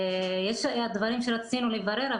יש דברים שרצינו לברר,